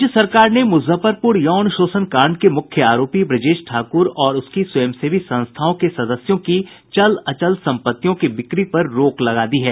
राज्य सरकार ने मुजफ्फरपुर यौन शोषण कांड के मुख्य आरोपी ब्रजेश ठाकुर और उसकी स्वयंसेवी संस्थाओं के सदस्यों की चल अचल संपत्तियों की बिक्री पर रोक लगा दी है